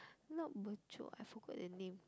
not I forgot the name